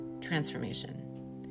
transformation